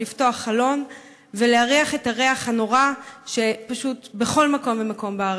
לפתוח חלון ולהריח את הריח הנורא בכל מקום ומקום בארץ.